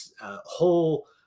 whole